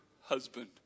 husband